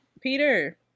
Peter